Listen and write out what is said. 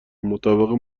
مطابق